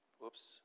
Whoops